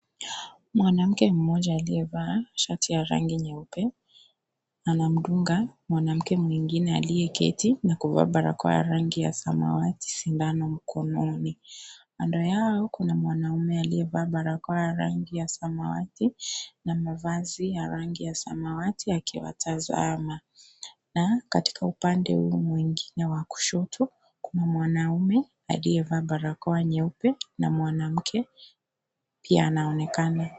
Mwanamke mmoja aliyevaa shati ya rangi nyeupe, anamdunga mwanamke mwingine aliyeketi na kuvaa barakoa ya rangi ya samawati na sindano mkononi. Kando yao kuna mwanaume aliyevaa barakoa ya rangi ya samawati na mavazi ya rangi ya samawati akiwatazama. Na katika upande huo mwingine wa kushoto, kuna mwanaume aliyevaa barakoa nyeupe na mwanamke pia anaonekana.